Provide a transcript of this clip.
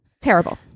Terrible